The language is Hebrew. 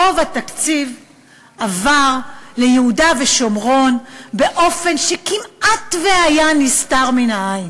רוב התקציב עבר ליהודה ושומרון באופן כמעט נסתר מן העין.